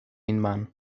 unman